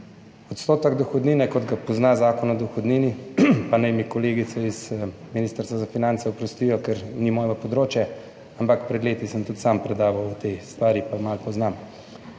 Odstotek dohodnine, kot ga pozna Zakon o dohodnini, pa naj mi kolegice iz Ministrstva za finance oprostijo, ker ni moje področje, ampak pred leti sem tudi sam predaval o tej stvari, pa malo poznam.